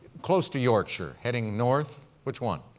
close to yorkshire, heading north, which one?